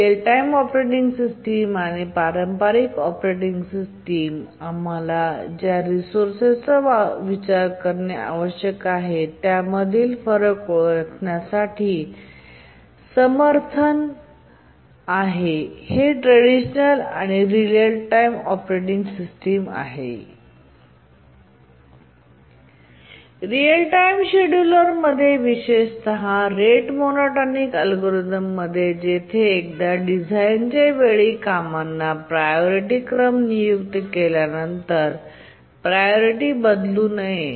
real time operating system आणि पारंपारिक operating system आणि आम्हाला ज्या रिसोर्सचा विचार करणे आवश्यक आहे त्यामधील फरक ओळखण्यासाठी समर्थन हे आहे traditional real time operating system आहे रिअल टाइम शेड्यूलरमध्ये विशेषत रेट मोनोटोनिक अल्गोरिदममध्ये जेथे एकदा डिझाइनच्या वेळी कामांना प्रायोरिटी क्रम नियुक्त केल्यानंतर प्रायोरिटी बदलू नये